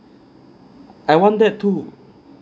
I want that to